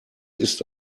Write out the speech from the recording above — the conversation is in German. ist